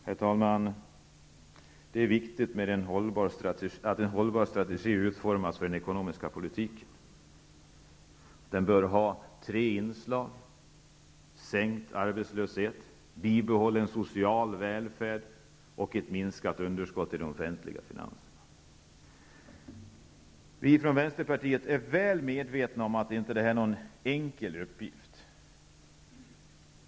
Herr talman! Det är viktigt att en hållbar strategi utformas för den ekonomiska politiken. Den bör ha tre inslag: sänkt arbetslöshet, bibehållen social välfärd och ett minskat underskott i de offentliga finanserna. Vi från Vänsterpartiet är väl medvetna om att detta inte är någon enkel uppgift.